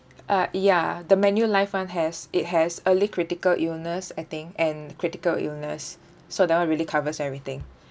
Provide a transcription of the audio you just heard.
uh ya the manulife one has it has early critical illness I think and critical illness so that one really covers everything